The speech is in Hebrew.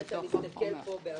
תסתכל בעמ'